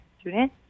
student